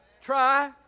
try